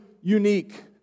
unique